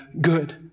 good